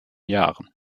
jahren